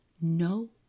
No